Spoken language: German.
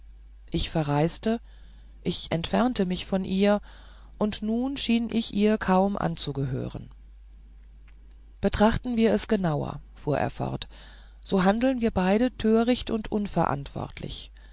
ich verreiste ich entfernte mich von ihr und nun schien ich ihr kaum anzugehören betrachten wir es genauer fuhr er fort so handeln wir beide töricht und unverantwortlich